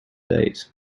date